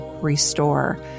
restore